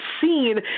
seen